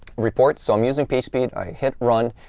report. so i'm using pagespeed, i hit run,